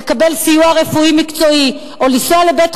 לקבל סיוע רפואי מקצועי בבית-חולים,